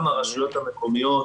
גם הרשויות המקומיות